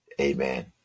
amen